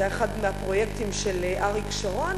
זה היה אחד מהפרויקטים של אריק שרון,